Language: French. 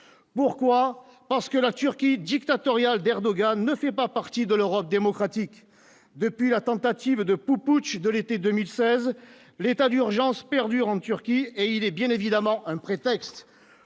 pourquoi, parce que la Turquie dictatorial d'Erdogan ne fait pas partie de l'Europe démocratique depuis la tentative de pu-putsch de l'été 2016, l'état d'urgence perdure en Turquie et il est bien évidemment un prétexte